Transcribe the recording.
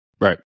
Right